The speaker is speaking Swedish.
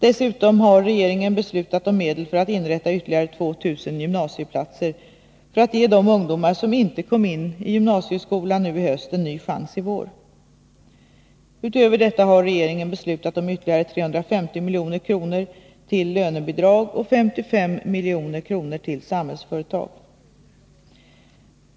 Dessutom har regeringen beslutat om medel för att inrätta ytterligare 2 000 gymnasieplatser för att ge de ungdomar som inte kom in i gymnasieskolan nu i höst en ny chans i vår. Utöver detta har regeringen beslutat om ytterligare 350 milj.kr. till lönebidrag och 55 milj.kr. till Samhällsföretag.